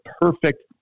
perfect